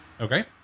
Okay